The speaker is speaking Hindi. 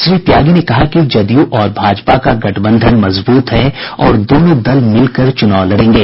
श्री त्यागी ने कहा कि जदयू और भाजपा का गठबंधन मजबूत है और दोनों दल मिलकर चुनाव लड़ेंगे